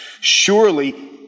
Surely